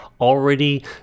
already